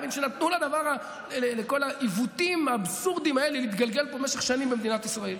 נתנו לכל העיוותים האבסורדיים האלה להתגלגל פה במשך שנים במדינת ישראל.